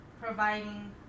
providing